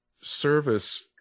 service